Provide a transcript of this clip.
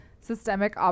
systemic